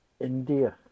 India